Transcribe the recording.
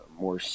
more